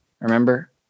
Remember